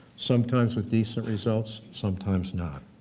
sometimes with decent results, sometimes not.